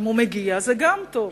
אם הוא מגיע זה גם טוב.